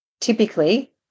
typically